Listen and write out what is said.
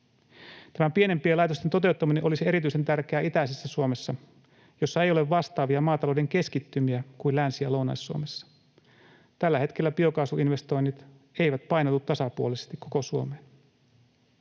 Pienempien laitosten toteuttaminen olisi erityisen tärkeää itäisessä Suomessa, missä ei ole vastaavia maatalouden keskittymiä kuin Länsi- ja Lounais-Suomessa. Tällä hetkellä biokaasuinvestoinnit eivät painotu tasapuolisesti koko Suomeen.